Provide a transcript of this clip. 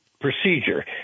Procedure